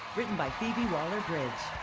written by phoebe waller-bridge.